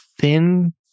thin